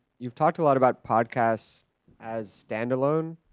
you've talked a lot about podcasts as standalone.